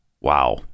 Wow